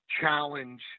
challenge